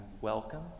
welcome